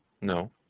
No